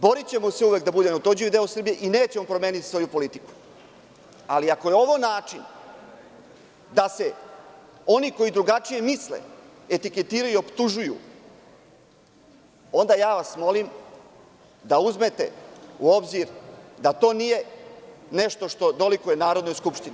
Borićemo se uvek da bude neotuđivi deo Srbije i nećemo promeniti svoju politiku, ali ako je ovo način da se oni koji drugačije misle etiketiraju i optužuju onda vas molim da uzmete u obzir da to nije nešto što dolikuje Narodnoj skupštini.